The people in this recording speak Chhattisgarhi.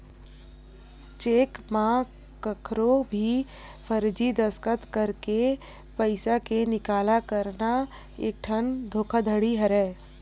चेक म कखरो भी फरजी दस्कत करके पइसा के निकाला करना एकठन धोखाघड़ी हरय